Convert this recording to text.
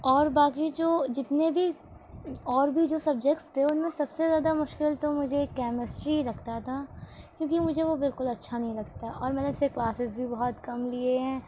اور باقی جو جتنے بھی اور بھی جو سبجیکٹس تھے ان میں سب سے زیادہ مشکل تو مجھے کیمسٹری لگتا تھا کیونکہ مجھے وہ بالکل مجھے اچھا نہیں لگتا اور میں نے اس کے کلاسیز بھی بہت کم لیے ہیں